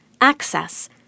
Access